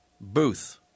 Booth